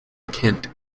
kent